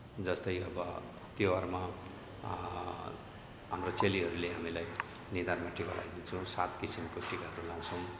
जस्तै अब तिहारमा हाम्रो चेलीहरूले हामीलाई निधारमा टिका लगाइदिन्छन् सात किसिमको टिकाहरू लगाउँछौँ